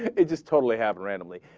it just totally have a randomly